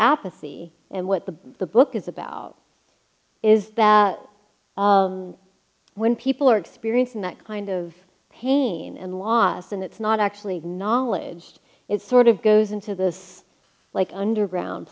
apathy and what the the book is about is that when people are experiencing that kind of pain and loss and it's not actually acknowledged it sort of goes into this like underground